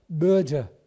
murder